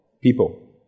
people